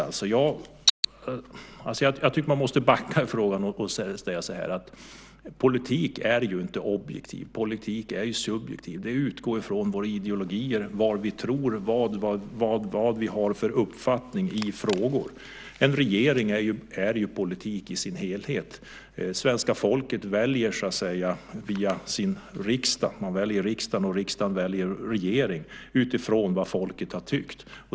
Jag tycker att man måste backa i frågan och i stället säga: Politik är inte objektiv, utan politik är subjektiv - det är att utgå från våra ideologier, vad vi tror och vilken uppfattning vi har i olika frågor. En regering är politik i sin helhet. Svenska folket väljer så att säga via sin riksdag. Man väljer riksdag, och riksdagen väljer regering utifrån vad folket har tyckt.